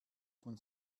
von